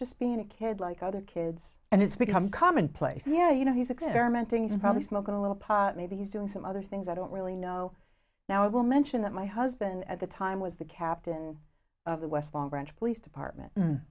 just being a kid like other kids and it's become commonplace here you know he's experimenting is probably smoking a little pot maybe he's doing some other things i don't really know now i will mention that my husband at the time was the captain of the west long branch police department